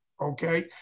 okay